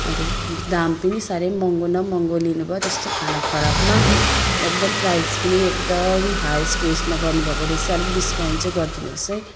अनि त दाम पनि साह्रै महँगो न महँगो लिनुभयो त्यस्तो खाना खराबमा एकदम प्राइस पनि एकदम हाएस्ट ऊ यसमा गर्नुभएको रहेछ अलिक डिस्काउन्ट चाहिँ गरिदिनुहोस् है